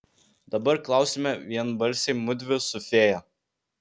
dabar klausiame vienbalsiai mudvi su fėja